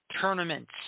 tournaments